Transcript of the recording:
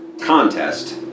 contest